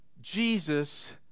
Jesus